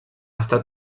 estat